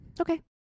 Okay